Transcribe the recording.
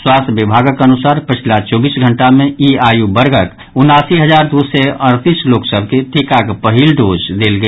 स्वास्थ्य विभागक अनुसार पछिला चौबीस घंटा मे ई आयु वर्गक उनासी हजार दू सय अड़तीस लोक सभ के टीकाक पहिल डोज देल गेल